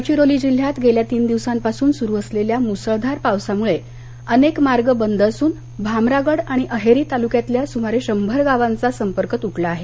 गडचिरोली जिल्ह्यात गेल्या तीन दिवसांपासून सुरु असलेल्या मुसळधार पावसामुळे अनेक मार्ग बंद असून भामरागड आणि अहेरी तालुक्यातल्या सुमारे शंभर गावांचा संपर्क तुटला आहे